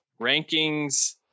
Rankings